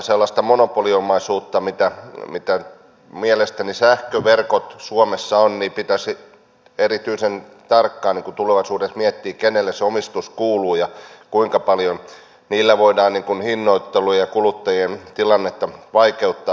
sellaisen monopoliomaisuuden osalta jota mielestäni sähköverkot suomessa ovat pitäisi erityisen tarkkaan tulevaisuudessa miettiä kenelle se omistus kuuluu ja kuinka paljon niillä voidaan hinnoittelua ja kuluttajien tilannetta vaikeuttaa